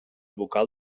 vocal